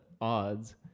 odds